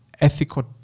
ethical